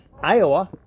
Iowa